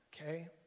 okay